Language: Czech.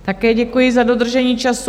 Také děkuji za dodržení času.